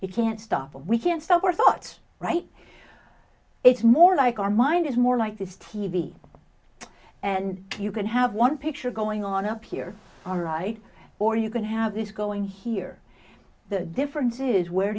it can't stop we can't stop our thoughts right it's more like our mind is more like this t v and you can have one picture going on up here all right or you can have this going here the difference is where